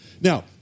Now